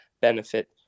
benefit